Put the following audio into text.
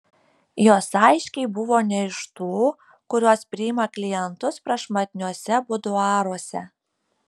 jos aiškiai buvo ne iš tų kurios priima klientus prašmatniuose buduaruose